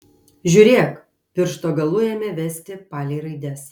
žiūrėk piršto galu ėmė vesti palei raides